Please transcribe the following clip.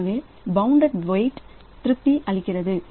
எனவே bounded weight திருப்தி அளிக்கிறது